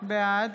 בעד